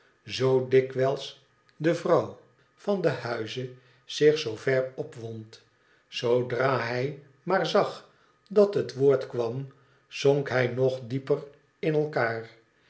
zoo dikwijls de vrouw van den huize zich zoo ver opwond zoodra hij maar zag dat het woord kwam zonk hij nog dieper in elkaar